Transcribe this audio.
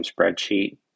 spreadsheet